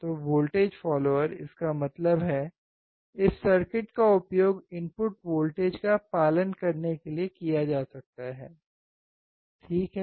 तो voltage follower इसका मतलब है इस सर्किट का उपयोग इनपुट वोल्टेज का पालन करने के लिए किया जा सकता है ठीक है